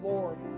Lord